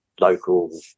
local